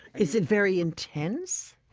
is it very intense?